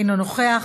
אינו נוכח,